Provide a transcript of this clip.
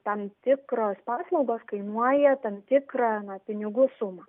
tam tikros paslaugos kainuoja tam tikrą na pinigų sumą